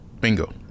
Bingo